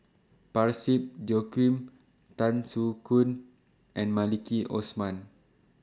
Parsick Joaquim Tan Soo Khoon and Maliki Osman